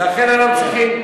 לכן אנחנו צריכים,